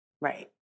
right